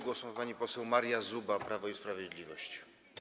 Głos ma pani poseł Maria Zuba, Prawo i Sprawiedliwość.